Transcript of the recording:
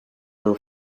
will